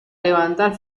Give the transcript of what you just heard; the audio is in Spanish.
levantar